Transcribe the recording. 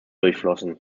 durchflossen